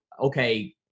okay